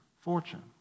fortune